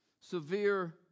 Severe